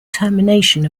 termination